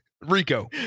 Rico